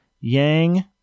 Yang